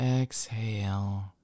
exhale